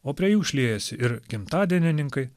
o prie jų šliejasi ir gimtadienininkai